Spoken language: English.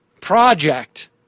project